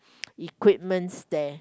equipments there